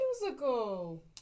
musical